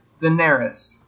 Daenerys